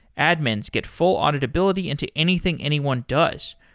admins get full auditability into anything anyone does.